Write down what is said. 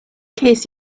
ces